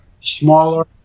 smaller